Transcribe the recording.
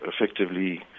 effectively